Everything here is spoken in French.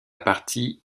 partie